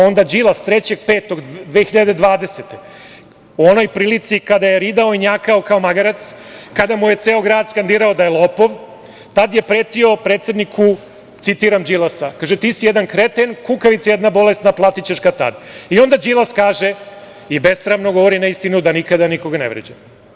Onda 3. 5. 2020. godine u onoj prilici kada je ridao i njakao kao magarac, kada mu je ceo grad skandirao da je lopov, tad je pretio predsedniku, citiram: "Ti si jedan kreten, kukavica jedna bolesna, platićeš kad-tad." I onda Đilas kaže i besramno govori neistinu da nikada nikoga ne vređa.